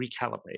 recalibrate